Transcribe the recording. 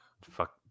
Fuck